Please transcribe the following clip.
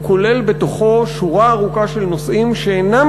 הוא כולל בתוכו שורה ארוכה של נושאים שאינם